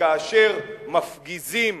שכאשר מפגיזים